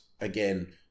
again